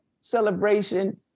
celebration